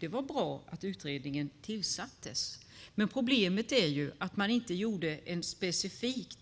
Det var bra att utredningen tillsattes, men problemet är att man inte gjorde en specifik